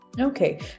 Okay